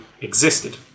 existed